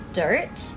dirt